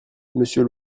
monsieur